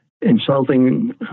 insulting